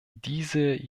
diese